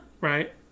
Right